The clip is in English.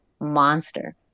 Monster